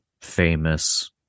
famous